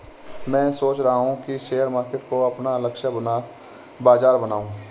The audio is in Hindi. मैं सोच रहा हूँ कि शेयर मार्केट को अपना लक्ष्य बाजार बनाऊँ